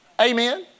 Amen